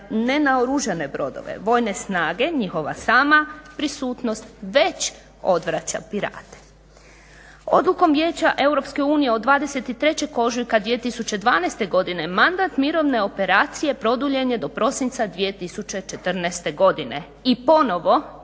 naoružane brodove, vojne snage, njihova sama prisutnost već odvraća pirate. Odlukom vijeća EU od 23.ožujka 2012.godine mandat mirovine operacije produljen je do prosinca 2014.godine. I ponovno